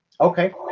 okay